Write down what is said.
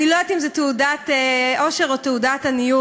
אני לא יודעת אם זו תעודת עושר או תעודת עניות.